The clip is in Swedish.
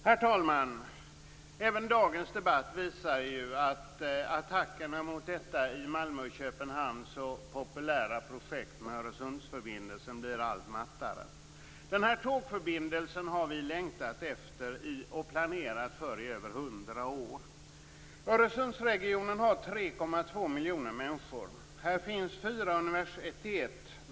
Herr talman! Även dagens debatt visar att attackerna mot det i Malmö och Köpenhamn så populära projektet med Öresundsförbindelsen blir allt mattare. Den här tågförbindelsen har vi längtat efter och planerat för i mer än hundra år. Där finns det, när Malmöhögskolan hunnit växa till sig, fyra universitet.